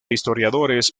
historiadores